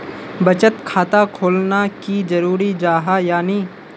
बचत खाता खोलना की जरूरी जाहा या नी?